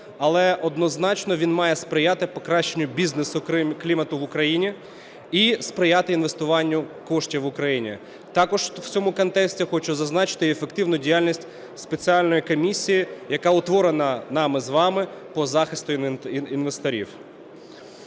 але однозначно він має сприяти покращенню бізнес-клімату в Україні і сприяти інвестуванню коштів в Україні. Також в цьому контексті хочу зазначити і ефективну діяльність спеціальної комісії, яка утворена нами з вами по захисту інвесторів.